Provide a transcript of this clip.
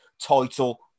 title